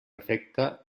efecte